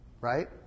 right